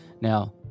now